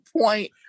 point